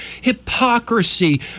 Hypocrisy